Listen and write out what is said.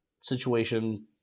situation